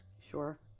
Sure